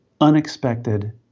unexpected